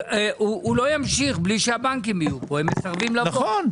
הוא לא ימשיך בלי שהבנקים יהיו פה הם מסרבים לבוא,